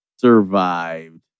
survived